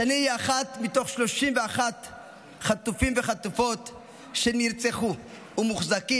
שני היא אחת מתוך 31 חטופים וחטופות שנרצחו ומוחזקים